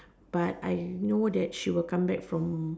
but I know that she will come back from